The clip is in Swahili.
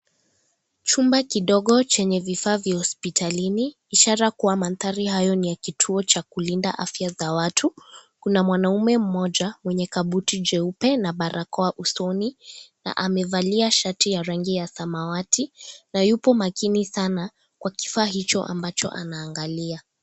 Chumba kidogo chenye vifa vya hospitalini ishara kuwa mandhari hayo ni ya kituo cha kulinda afya za watu, kuna mwanaume mmoja mwenye kabuti jeupe na barakoa usoni na amevalia shati ya rangi ya samawati na yupo makini sana kwa kifaa hicho ambacho anaangalia.